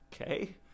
Okay